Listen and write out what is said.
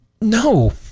no